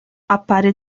appare